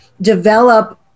develop